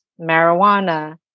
marijuana